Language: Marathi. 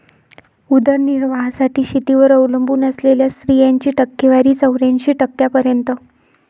उदरनिर्वाहासाठी शेतीवर अवलंबून असलेल्या स्त्रियांची टक्केवारी चौऱ्याऐंशी टक्क्यांपर्यंत